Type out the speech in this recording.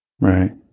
right